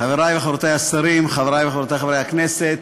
חברי וחברותי השרים, חברי וחברותי חברי הכנסת,